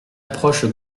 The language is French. approche